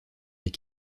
les